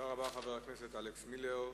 תודה רבה, חבר הכנסת אלכס מילר.